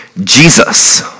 Jesus